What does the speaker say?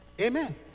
Amen